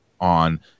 on